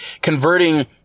converting